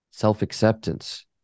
self-acceptance